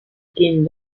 kim